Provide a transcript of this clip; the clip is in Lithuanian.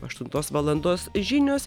aštuntos valandos žinios